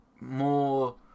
more